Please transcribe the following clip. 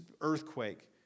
earthquake